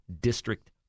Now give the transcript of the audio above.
district